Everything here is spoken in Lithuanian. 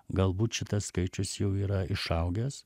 galbūt šitas skaičius jau yra išaugęs